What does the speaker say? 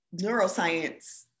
neuroscience